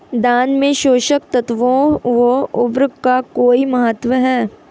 धान में पोषक तत्वों व उर्वरक का कोई महत्व है?